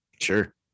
Sure